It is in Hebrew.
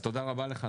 תודה רבה לך.